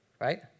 right